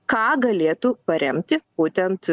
ką galėtų paremti būtent